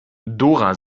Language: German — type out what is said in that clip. dora